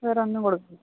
വേറൊന്നും കൊടുക്കേണ്ട